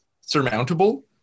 surmountable